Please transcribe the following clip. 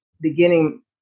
beginning